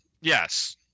Yes